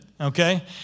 okay